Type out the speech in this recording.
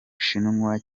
bushinwa